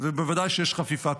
ובוודאי שיש חפיפה.